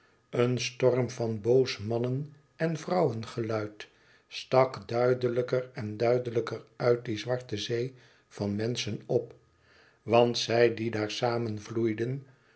een storm van boos mannen en vrouwengeluid stak duidelijker en duidelijker uit die zwarte zee van menschen op want zij die daar